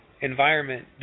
environment